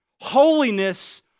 Holiness